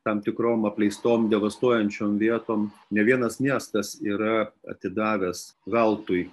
tam tikrom apleistom devastuojančiom vietom ne vienas miestas yra atidavęs veltui